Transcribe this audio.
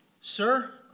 Sir